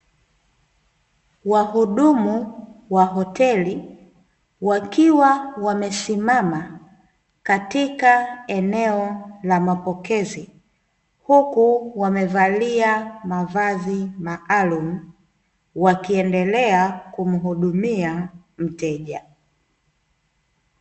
Wahudumu wa hoteli, wakiwa wamesimama katika eneo la mapokezi, huku wamevalia mavazi maalumu, wakiendelea kumuhudumia mteja.